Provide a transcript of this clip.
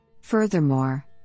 Furthermore